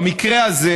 במקרה הזה,